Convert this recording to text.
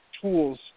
tools